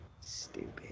stupid